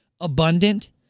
abundant